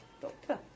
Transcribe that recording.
Doctor